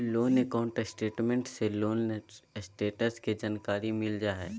loan account statement से loan status के जानकारी मिल जा हय